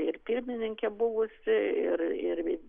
ir pirmininkė buvusi ir ir